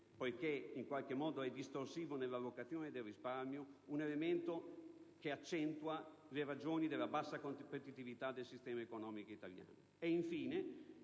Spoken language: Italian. (poiché in qualche modo è distorsivo nell'allocazione del risparmio) un elemento che accentua le ragioni della bassa competitività del sistema economico italiano.